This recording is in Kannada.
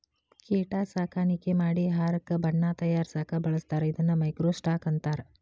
ಕೇಟಾ ಸಾಕಾಣಿಕೆ ಮಾಡಿ ಆಹಾರಕ್ಕ ಬಣ್ಣಾ ತಯಾರಸಾಕ ಬಳಸ್ತಾರ ಇದನ್ನ ಮೈಕ್ರೋ ಸ್ಟಾಕ್ ಅಂತಾರ